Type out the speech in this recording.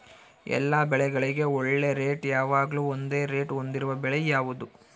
ಎಲ್ಲ ಬೆಳೆಗಳಿಗೆ ಒಳ್ಳೆ ರೇಟ್ ಯಾವಾಗ್ಲೂ ಒಂದೇ ರೇಟ್ ಹೊಂದಿರುವ ಬೆಳೆ ಯಾವುದು?